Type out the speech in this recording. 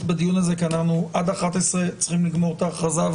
בדיון הזה כי אנחנו עד 11:00 צריכים לגמור את ההכרזה.